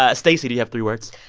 ah stacey, do you have three words?